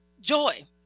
joy